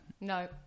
No